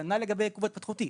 כנ"ל לגבי העיכוב ההתפתחותי,